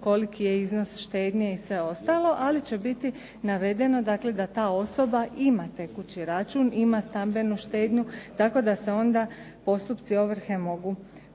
koliki je iznos štednje i sve ostalo, ali će biti navedeno da ta osoba ima tekući račun, ima stambenu štednju tako da se onda postupci ovrhe mogu provoditi.